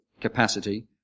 capacity